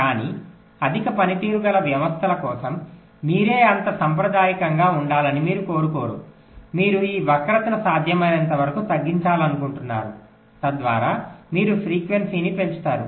కానీ అధిక పనితీరు గల వ్యవస్థల కోసం మీరే అంత సాంప్రదాయికంగా ఉండాలని మీరు కోరుకోరు మీరు ఈ వక్రతను సాధ్యమైనంతవరకు తగ్గించాలనుకుంటున్నారు తద్వారా మీరు ఫ్రీక్వెన్సీని పెంచుతారు